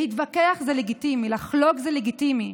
להתווכח זה לגיטימי, לחלוק זה לגיטימי.